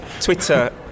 Twitter